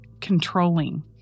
controlling